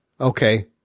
okay